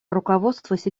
руководствуясь